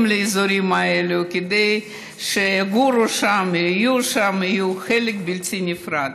לאזורים האלה כדי שיגורו שם ויהיו שם ויהיו חלק בלתי נפרד.